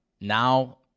Now